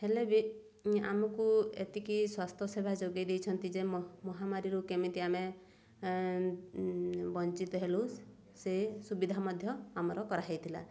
ହେଲେ ବି ଆମକୁ ଏତିକି ସ୍ୱାସ୍ଥ୍ୟସେବା ଯୋଗେଇ ଦେଇଛନ୍ତି ଯେ ମହାମାରୀରୁ କେମିତି ଆମେ ବଞ୍ଚିତ ହେଲୁ ସେ ସୁବିଧା ମଧ୍ୟ ଆମର କରାହୋଇଥିଲା